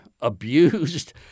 abused